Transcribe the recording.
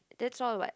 that's all what